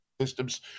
systems